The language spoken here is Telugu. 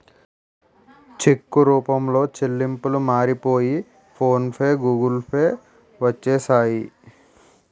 చెక్కు రూపంలో చెల్లింపులు మారిపోయి ఫోన్ పే గూగుల్ పే వచ్చేసాయి